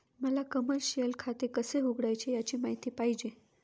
मला कमर्शिअल खाते कसे उघडायचे याची माहिती पाहिजे